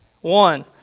one